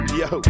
yo